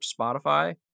Spotify